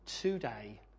today